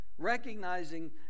recognizing